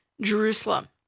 Jerusalem